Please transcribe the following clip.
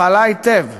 פעלה היטב.